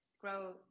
grow